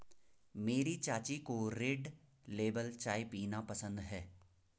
मेरी चाची को रेड लेबल चाय पीना पसंद है